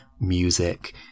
music